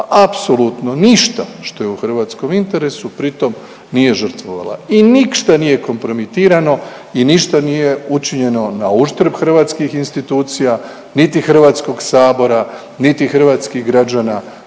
apsolutno ništa što je u hrvatskom interesu pritom nije žrtvovala. I ništa nije kompromitirano i ništa nije učinjeno na uštrb hrvatskih institucija, niti Hrvatskog sabora, niti hrvatskih građana,